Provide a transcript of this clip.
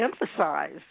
emphasize